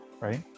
right